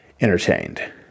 entertained